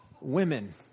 women